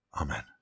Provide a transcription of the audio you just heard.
Amen